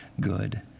good